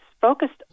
focused